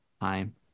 time